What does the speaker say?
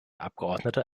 abgeordneter